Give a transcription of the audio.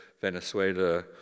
Venezuela